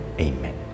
Amen